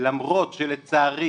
למרות שלצערי